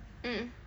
mmhmm